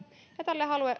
ja tälle